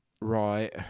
Right